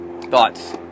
Thoughts